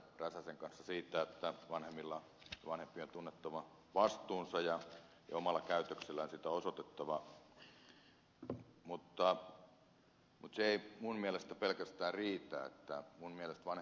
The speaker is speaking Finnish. räsäsen kanssa siitä että vanhempien on tunnettava vastuunsa ja omalla käytöksellään sitä osoitettava mutta se ei minun mielestäni pelkästään riitä